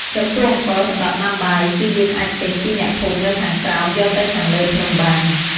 ចំពោះអង្ករសម្រាប់ដាំបាយ គឺយើងអាចទិញពីអ្នកភូមិនៅខាងក្រោមយកទៅខាងលេីភ្នំបាន។